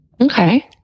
Okay